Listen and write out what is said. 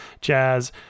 jazz